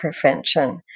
prevention